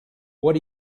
what